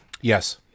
Yes